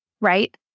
right